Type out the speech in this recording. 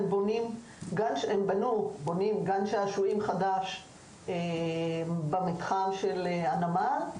והם בונים גן שעשועים חדש במתחם של הנמל.